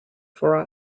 for